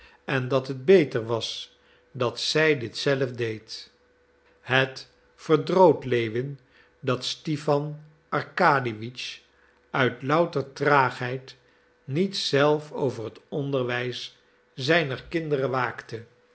en dat het beter was dat zij dit zelf deed het verdroot lewin dat stipan arkadiewitsch uit louter traagheid niet zelf over het onderwijs zijner kinderen waakte